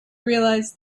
realise